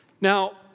Now